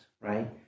right